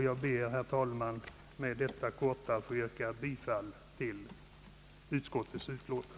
Jag ber, herr talman, att med dessa ord få yrka bifall till utskottets utlåtande.